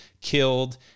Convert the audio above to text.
killed